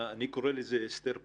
אני קורא לזה הסתר פנים.